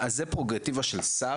אז זאת פררוגטיבה של שר?